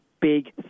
big